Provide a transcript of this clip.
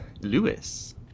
lewis